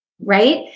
right